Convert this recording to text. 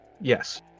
Yes